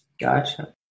Gotcha